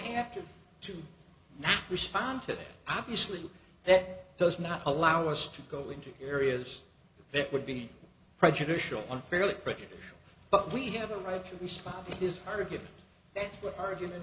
have to do not respond today obviously that does not allow us to go into areas that would be prejudicial unfairly british but we have the right to respond to his argument that argument